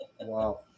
Wow